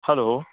hello